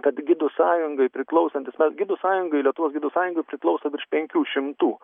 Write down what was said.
kad gidų sąjungai priklausantis mes gidų sąjungai lietuvos gidų sąjungai priklauso virš penkių šimtų